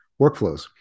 workflows